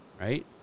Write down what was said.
right